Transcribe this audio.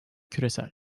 küresel